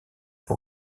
pour